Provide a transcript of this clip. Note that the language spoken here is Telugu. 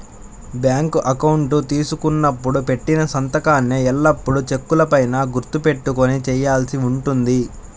బ్యాంకు అకౌంటు తీసుకున్నప్పుడు పెట్టిన సంతకాన్నే ఎల్లప్పుడూ చెక్కుల పైన గుర్తు పెట్టుకొని చేయాల్సి ఉంటుంది